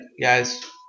guys